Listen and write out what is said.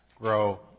grow